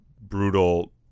brutal